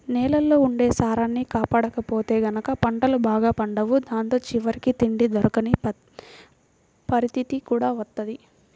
నేలల్లో ఉండే సారాన్ని కాపాడకపోతే గనక పంటలు బాగా పండవు దాంతో చివరికి తిండి దొరకని పరిత్తితి కూడా వత్తది